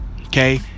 Okay